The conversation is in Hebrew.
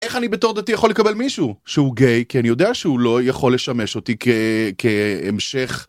איך אני בתור דתי יכול לקבל מישהו שהוא גיי כי אני יודע שהוא לא יכול לשמש אותי כהמשך...